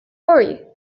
worry